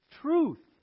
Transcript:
truth